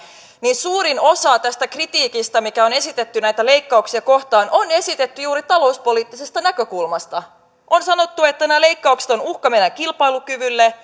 niin suurin osa tästä kritiikistä mikä on esitetty näitä leikkauksia kohtaan on esitetty juuri talouspoliittisesta näkökulmasta on sanottu että nämä leikkaukset ovat uhka meidän kilpailukyvylle